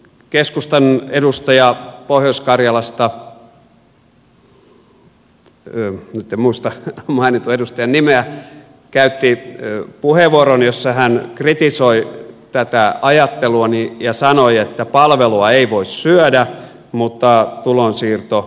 keskustan edustaja pohjois karjalasta nyt en muista edustajan nimeä käytti puheenvuoron jossa hän kritisoi tätä ajatteluani ja sanoi että palvelua ei voi syödä mutta tulonsiirtoa